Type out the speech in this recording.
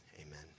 Amen